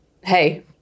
Hey